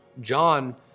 John